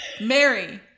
Mary